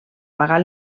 pagar